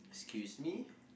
excuse me